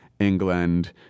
England